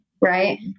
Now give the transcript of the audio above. right